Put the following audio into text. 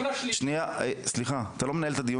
מי --- סליחה, אתה לא מנהל את הדיון.